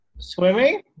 Swimming